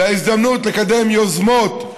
זאת ההזדמנות לקדם יוזמות,